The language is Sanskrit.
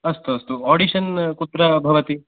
अस्तु अस्तु आडिशन् कुत्र भवति